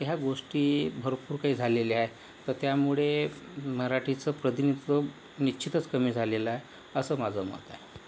ह्या गोष्टी भरपूर काही झालेल्या आहेत तर त्यामुळे मराठीचं प्रतिनिधित्व निश्चितच कमी झालेलं आहे असं माझं मत आहे